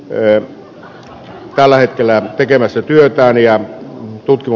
en tällä hetkellä tekemästä työtään ja tuttu